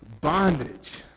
Bondage